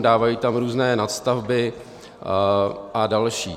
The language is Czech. Dávají tam různé nadstavby a další.